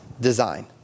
design